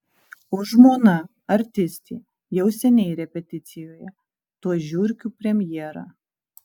o žmona artistė jau seniai repeticijoje tuoj žiurkių premjera